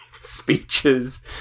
speeches